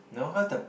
no